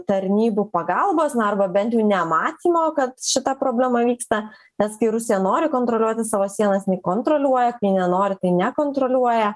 tarnybų pagalbos na arba bent jau nematymo kad šita problema vyksta bet kai rusija nori kontroliuoti savo sienas jinai kontroliuoja kai nenori tai nekontroliuoja